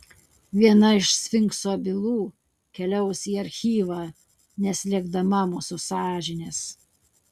viena iš sfinkso bylų keliaus į archyvą neslėgdama mūsų sąžinės